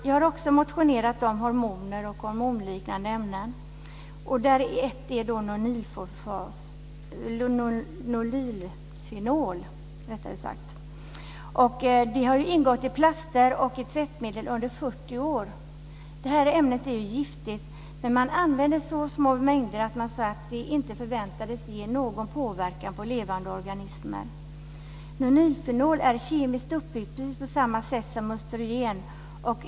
Jag har också motionerat om hormoner och hormonliknande ämnen. Ett sådant ämne är nonylfenol som under 40 år har ingått i plaster och tvättmedel. Ämnet är giftigt men det används i så små mängder att man har sagt att det inte förväntas påverka levande organismer. Nonylfenol är kemiskt uppbyggt på precis samma sätt som östrogren.